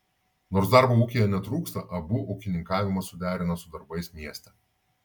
nors darbo ūkyje netrūksta abu ūkininkavimą suderina su darbais mieste